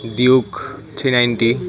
duke three ninety